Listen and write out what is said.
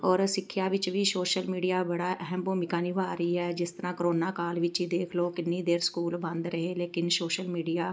ਔਰ ਸਿੱਖਿਆ ਵਿੱਚ ਵੀ ਸੋਸ਼ਲ ਮੀਡੀਆ ਬੜਾ ਅਹਿਮ ਭੂਮਿਕਾ ਨਿਭਾ ਰਹੀ ਹੈ ਜਿਸ ਤਰ੍ਹਾਂ ਕਰੋਨਾ ਕਾਲ ਵਿੱਚ ਹੀ ਦੇਖ ਲਉ ਕਿੰਨੀ ਦੇਰ ਸਕੂਲ ਬੰਦ ਰਹੇ ਲੇਕਿਨ ਸੋਸ਼ਲ ਮੀਡੀਆ